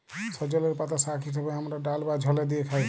সজলের পাতা শাক হিসেবে হামরা ডাল বা ঝলে দিয়ে খাই